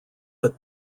but